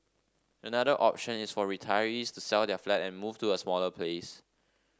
another option is for retirees to sell their flat and move to a smaller place